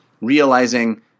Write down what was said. realizing